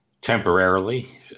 temporarily